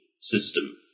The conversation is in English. system